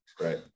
right